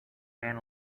ran